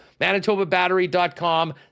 ManitobaBattery.com